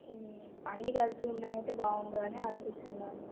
అన్నీ కలిపి ఉన్నవి అయితే బాగుండు అని ఆలోచిస్తున్నాను